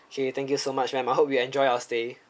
okay thank you so much ma'am I hope you enjoy your stay